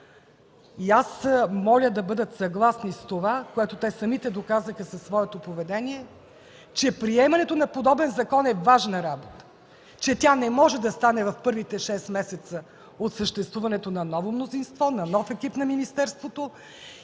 Аз моля да бъдат съгласни с това, което те самите доказаха със своето поведение, че приемането на подобен закон е важна работа, че тя не може да стане в първите шест месеца от съществуването на ново мнозинство, на нов екип на министерството